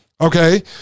Okay